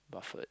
Buffet